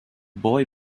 boy